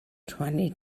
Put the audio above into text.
twenty